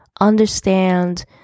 understand